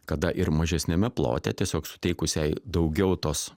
kada ir mažesniame plote tiesiog suteikus jai daugiau tos